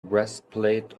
breastplate